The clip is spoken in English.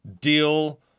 deal